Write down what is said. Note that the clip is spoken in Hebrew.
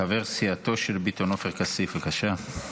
חבר סיעתו של ביטון, עופר כסיף, בבקשה.